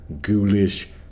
ghoulish